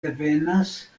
devenas